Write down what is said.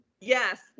yes